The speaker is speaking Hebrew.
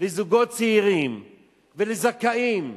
לזוגות צעירים ולזכאים,